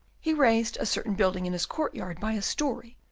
he raised a certain building in his court-yard by a story,